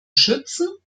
schützen